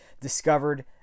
discovered